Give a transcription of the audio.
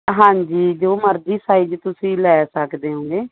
ਹਾਂਜੀ ਜੋ ਮਰਜ਼ੀ ਸਾਈਜ਼ ਤੁਸੀਂ ਲੈ ਸਕਦੇ ਹੋਗੇ